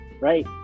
right